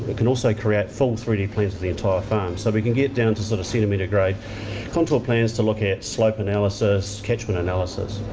but can also create full three d plans of the entire farm. so we can get down to sort of centimetre grade contour plans to look at slope analysis, catchment analysis.